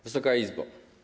Wysoka Izbo!